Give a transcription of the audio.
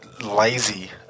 lazy